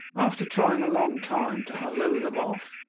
after trying a long time to halloo them off,